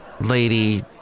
lady